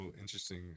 interesting